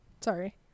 Sorry